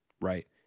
right